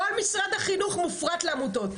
כל משרד החינוך מופרט לעמותות,